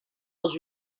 was